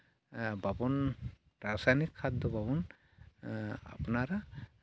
ᱵᱟᱵᱚᱱ ᱨᱟᱥᱟᱭᱱᱤᱠ ᱥᱟᱨ ᱫᱚ ᱵᱟᱵᱚᱱ ᱟᱯᱱᱟᱨᱟ